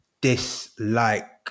dislike